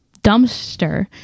dumpster